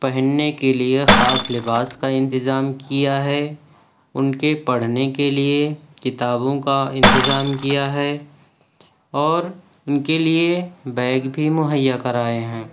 پہننے کے لیے خاص لباس کا انتظام کیا ہے ان کے پڑھنے کے لیے کتابوں کا انتظام کیا ہے اور ان کے لیے بیگ بھی مہیا کرائے ہیں